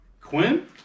Quinn